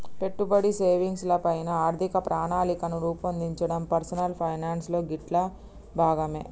పెట్టుబడి, సేవింగ్స్ ల పైన ఆర్థిక ప్రణాళికను రూపొందించడం పర్సనల్ ఫైనాన్స్ లో గిట్లా భాగమే